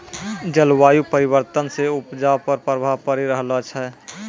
जलवायु परिवर्तन से उपजा पर प्रभाव पड़ी रहलो छै